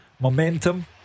momentum